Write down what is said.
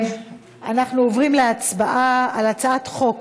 אנחנו עוברים להצבעה על הצעת חוק